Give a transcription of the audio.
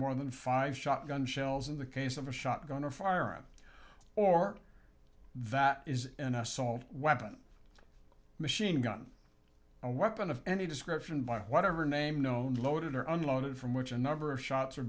more than five shotgun shells in the case of a shot gun or firearm or that is an assault weapon machine gun a weapon of any description by whatever name known loaded or unloaded from which a number of shots or